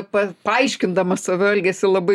pa paaiškindamas save elgesį labai